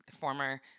former